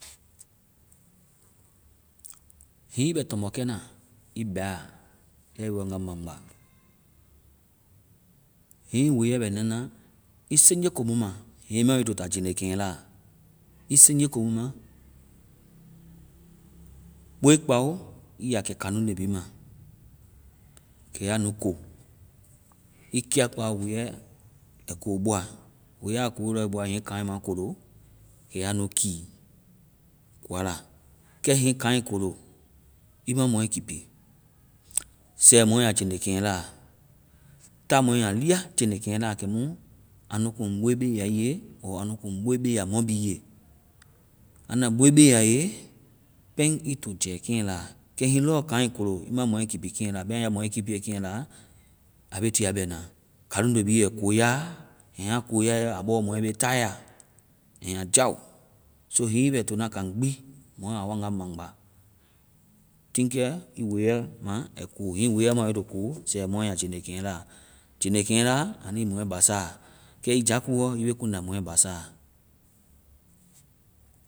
Hiŋi ii be tɔmbɔ kɛna ii bɛa, yae waŋga maŋgba, hiŋ ii weɛ bɛ nana, ii seŋje ko mu ma, hiŋi ii ma wo ii to ta jɛnikeŋla, ii seŋje ko mu ma, boii kpao ii ya kɛ kaŋluŋde bi ma. Kɛ ya nu ko. Ii kia kpao, weyɛ ai ko bɔa. Weyɛ a koe lɔ bɔa, hiŋi kaŋɛ ma kolo, kɛ ya nu kii kua la. Kɛ hiŋi kaŋɛ kolo, ii ma mɔɛ kipi. Sɛ mɔɛa jɛnikeŋla. Ta mɔɛa lia jɛnikeŋla. Kɛmu anu kuŋ boi be ya ii ye ɔɔ anu kuŋ boi be ya mɔ bi ye. Anda boi be a ye, pɛŋ ii to jɛ keŋ la. Kɛ hiŋi lɔ kaŋɛ kolo, ii my mɔɛ kipi keŋla. Ya kipie keŋla, a be tia bɛna. Kaŋluŋde bi ai koya. Hiŋi a koyae, bɔ mɔɛ be taayɛa. So hiŋi ii bɛ to na kaŋ gbi, mɔ a waŋga maŋgba, tiŋkɛ ii weɛ ma wo ai to ko, sɛ mɔɛ a jɛnikeŋla. jɛnikeŋla, anui mɔɛ basa. Kɛ ii jakuɔ, ii be kuŋda mɔɛ basa